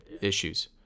issues